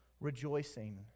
rejoicing